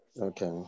okay